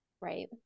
right